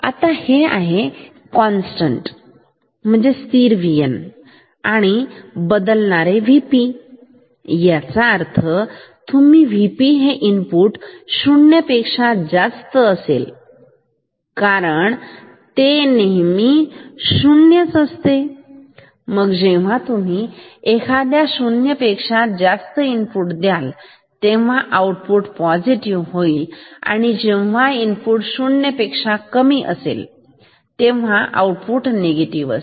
आता हे आहे कॉन्स्टंट स्थिर Vn आणि बदलणारे Vp याचा अर्थ जेव्हा तुम्ही Vp हे इनपुट शून्य पेक्षा जास्त असेल कारण ते नेहमी शून्य असते मग जेव्हा तुम्ही एखाद्या शून्य पेक्षा जास्त इनपुट द्याल तेव्हा आउटपुट पॉझिटिव्ह होईल आणि जेव्हा इनपुट शून्य पेक्षा कमी असेल तेव्हा आउटपुट निगेटिव असेल